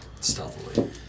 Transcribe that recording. Stealthily